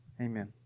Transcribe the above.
Amen